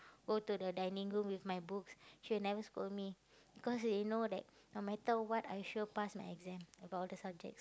go to the dining room with my books she will never scold me because she know that no matter what I sure pass my exam about all the subjects